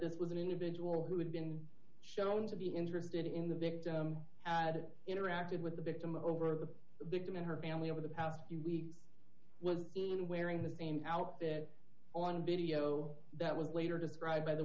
this was an individual who had been shown to be interested in the victim had interacted with the victim over the victim and her family over the past few weeks was even wearing the same outfit on video that was later described by the